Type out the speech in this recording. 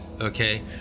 Okay